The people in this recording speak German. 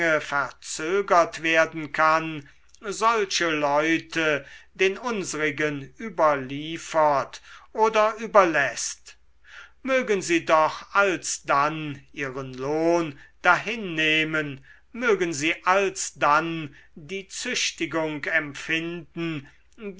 verzögert werden kann solche leute den unsrigen überliefert oder überläßt mögen sie doch alsdann ihren lohn dahinnehmen mögen sie alsdann die züchtigung empfinden